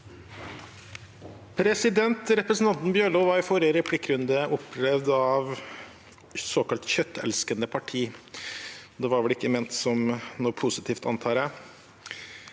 Representan- ten Bjørlo var i forrige replikkrunde opptatt av såkalt kjøttelskende parti. Det var vel ikke ment som noe positivt, antar jeg.